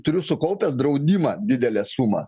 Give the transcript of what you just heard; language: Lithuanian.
turiu sukaupęs draudimą didelę sumą